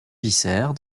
vicaire